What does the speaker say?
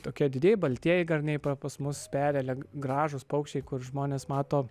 tokie didieji baltieji garniai pas mus peri gražūs paukščiai kur žmonės mato